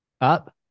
up